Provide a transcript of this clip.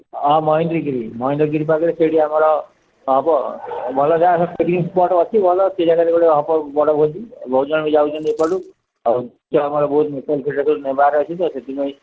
ହଁ ମହେନ୍ଦ୍ରଗିରି ମହେନ୍ଦ୍ରଗିରି ପାଖରେ ସେଇଠି ଆମର ହେବ ଭଲ ଜାଗା ପିକ୍ନିକ୍ ସ୍ପଟ୍ ଅଛି ଭଲ ସେ ଜାଗାରେ ଗୋଟେ ହେବ ବଡ଼ ଭୋଜି ବହୁତ ଜଣ ବି ଯାଉଛନ୍ତି ଏପାଟୁ ଆଉ ସେ ଆମର ବହୁତ ନେବାରେ ଅଛି ତ ସେଥିପାଇଁ